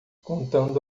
contando